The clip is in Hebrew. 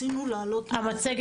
מירב,